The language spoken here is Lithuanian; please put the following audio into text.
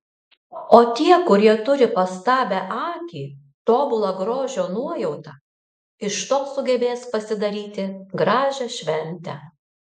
o tie kurie turi pastabią akį tobulą grožio nuojautą iš to sugebės pasidaryti gražią šventę